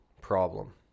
problem